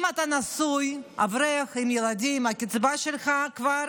אם אתה נשוי, אברך עם ילדים, הקצבה שלך כבר